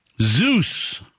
Zeus